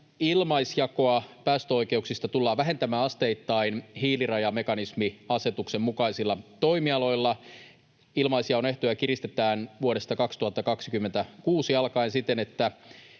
ilmaisjakoa päästöoikeuksista tullaan vähentämään asteittain hiilirajamekanismiasetuksen mukaisilla toimialoilla. Ilmaisjaon ehtoja kiristetään vuodesta 2026 alkaen siten, että